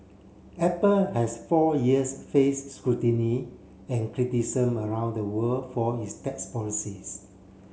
Apple has for years face scrutiny and cristicism around the world for its tax policies